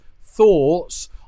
thoughts